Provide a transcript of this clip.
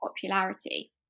popularity